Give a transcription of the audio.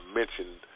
mentioned